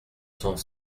cent